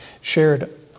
shared